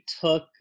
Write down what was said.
took